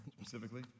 specifically